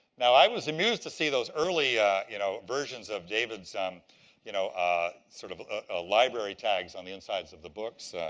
now, i was amused to see those early you know versions of david's um you know ah sort of ah library tags on the insides of the books,